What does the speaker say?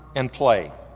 and play.